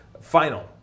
final